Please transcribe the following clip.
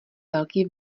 velký